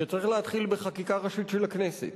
שצריך להתחיל בחקיקה ראשית של הכנסת